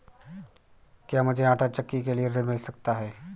क्या मूझे आंटा चक्की के लिए ऋण मिल सकता है?